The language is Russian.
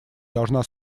должна